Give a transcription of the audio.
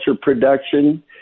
production